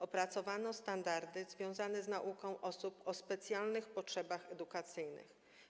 Opracowano standardy związane z nauką osób o specjalnych potrzebach edukacyjnych.